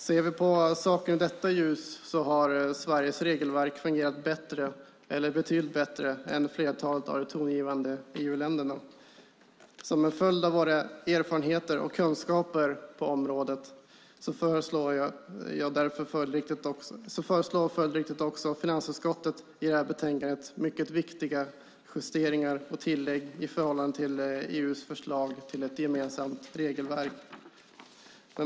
Om vi ser på saken i detta ljus har Sveriges regelverk fungerat bättre eller betydligt bättre än i flertalet av de tongivande EU-länderna. Som en följd av våra erfarenheter och kunskaper på området föreslår följdriktigt finansutskottet i utlåtandet mycket viktiga justeringar och tillägg i förhållande till EU:s förslag till ett gemensamt regelverk.